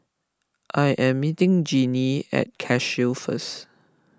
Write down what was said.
I am meeting Jennie at Cashew first